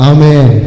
Amen